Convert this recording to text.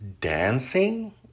dancing